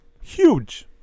huge